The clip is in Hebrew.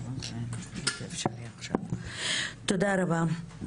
תודה רבה.